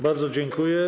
Bardzo dziękuję.